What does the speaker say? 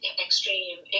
extreme